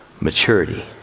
maturity